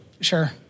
Sure